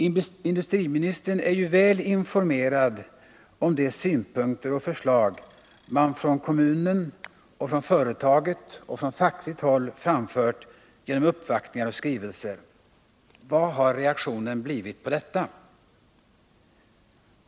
Industriministern är väl informerad om de synpunkter och förslag man från kommunen, från företaget och från fackligt håll framfört genom uppvaktningar och skrivelser. Vad har reaktionen blivit på detta?